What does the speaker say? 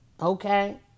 Okay